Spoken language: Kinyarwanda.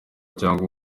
cyangwa